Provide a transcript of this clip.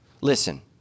Listen